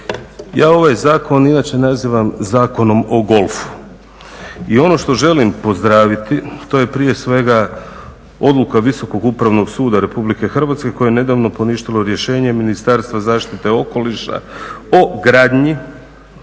Ja ovaj zakon inače nazivam Zakonom o golfu i ono što želim pozdraviti to je prije svega odluka Visokog upravnog suda Republike Hrvatske koja je nedavno poništila rješenje Ministarstva zaštite okoliša o gradnji